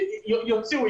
יוציאו,